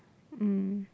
um